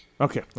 Okay